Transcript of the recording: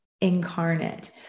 incarnate